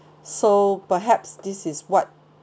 so perhaps this is what